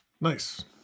Nice